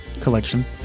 collection